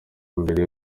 mbere